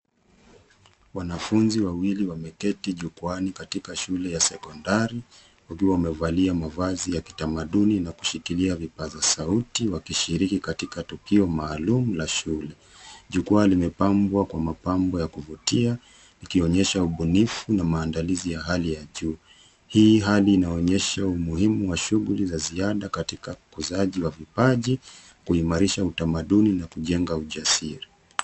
Wanafunzi wawili wameketi jukwaani katika shule ya sekondari wakiwa wamevalia mavazi ya kitamaduni na kushikilia vipaza sauti wakishiriki katika tukio maalum la shule. Jukwaa limepambwa kwa mapambo ya kuvutia ikionyesha ubunifu na maandalizi ya hali ya juu. Hii hali inaonyesha umuhimu wa shughuli za ziada katika ukuzaji wa vipaji, kuimarisha utamaduni na kujenga ujasiri.